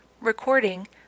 Recording